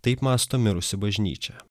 taip mąsto mirusi bažnyčia